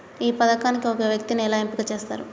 ఈ పథకానికి ఒక వ్యక్తిని ఎలా ఎంపిక చేస్తారు?